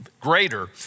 greater